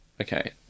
okay